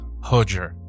Hojer